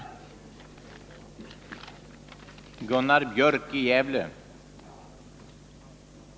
Herr talman! Mot denna bakgrund ber jag att få yrka bifall till utskottets hemställan.